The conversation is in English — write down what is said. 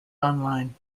online